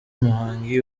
muhangi